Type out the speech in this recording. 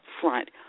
front